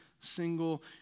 single